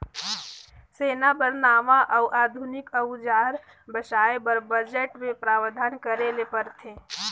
सेना बर नावां अउ आधुनिक अउजार बेसाए बर बजट मे प्रावधान करे ले परथे